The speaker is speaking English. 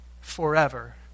forever